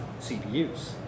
CPUs